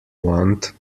want